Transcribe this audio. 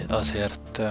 azért